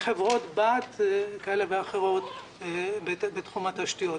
חברות-בת כאלה ואחרות בתחום התשתיות.